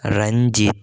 Ranjith